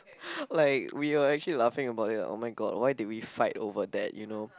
like we were actually laughing about it oh-my-god why did we fighting over that you know